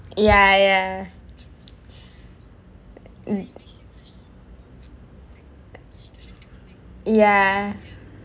ya ya ya